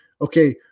okay